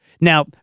now